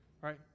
right